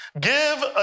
give